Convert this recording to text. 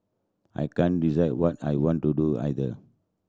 I can't decide what I want to do either